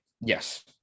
Yes